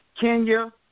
Kenya